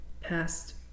past